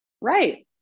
Right